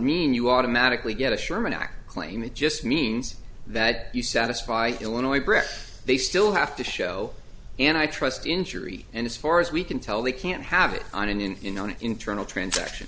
mean you automatically get a sherman act claim it just means that you satisfy illinois breath they still have to show and i trust injury and as far as we can tell they can't have it on and in an internal transaction